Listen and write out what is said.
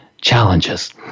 challenges